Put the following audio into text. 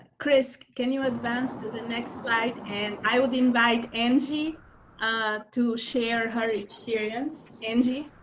crys, can you advance to the next slide. and i would invite angie to share her experience. angie.